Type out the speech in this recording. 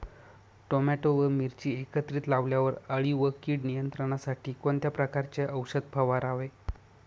Tomato व मिरची एकत्रित लावल्यावर अळी व कीड नियंत्रणासाठी कोणत्या प्रकारचे औषध फवारावे?